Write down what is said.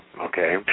okay